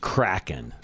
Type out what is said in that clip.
Kraken